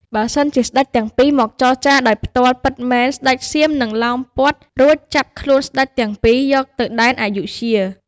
បើសិនជាស្ដេចទាំងពីរមកចរចារដោយផ្ទាល់ពិតមែន ស្ដេចសៀមនិងឡោមព័ទ្ធរួចចាប់ខ្លួនស្ដេចទាំងពីរយកទៅដែនអាយុធ្យា ។